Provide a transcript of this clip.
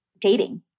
dating